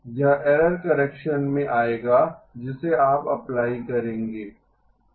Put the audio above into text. यह error correction में आएगा जिसे आप अप्लाई apply करेंगे